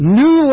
new